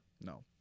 No